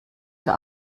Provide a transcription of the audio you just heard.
für